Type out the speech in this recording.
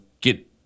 get